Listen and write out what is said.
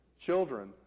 children